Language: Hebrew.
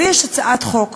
אבל לי יש הצעת חוק